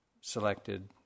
selected